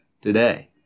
today